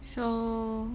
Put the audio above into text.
so